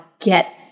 get